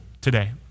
today